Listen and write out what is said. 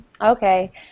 okay